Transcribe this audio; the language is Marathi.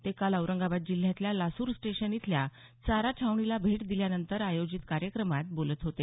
ते काल औरंगाबाद जिल्ह्यातल्या लासूर स्टेशन इथल्या चारा छावणीला भेट दिल्यानंतर आयोजित कार्यकमात ते बोलत होते